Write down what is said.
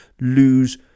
lose